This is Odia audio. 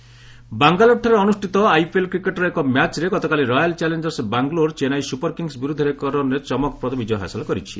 ଆଇପିଏଲ୍ ବାଙ୍ଗାଲୋରଠାରେ ଅନୁଷ୍ଠିତ ଆଇପିଏଲ୍ କ୍ରିକେଟ୍ର ଏକ ମ୍ୟାଚ୍ରେ ଗତକାଲି royal challengers Bangalore Chennai super kings ବିର୍ଦ୍ଧରେ ଏକ ରନ୍ରେ ଚମକପ୍ରଦ ବିଜୟ ହାସଲ କରିଛି